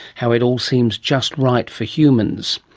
how it all seems just right for humans.